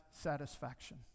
satisfaction